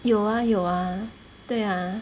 有啊有啊对啊